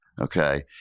okay